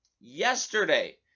Yesterday